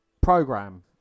program